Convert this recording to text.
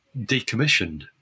decommissioned